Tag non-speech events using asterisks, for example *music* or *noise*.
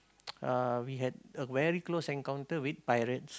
*noise* uh we had a very close encounter with pirates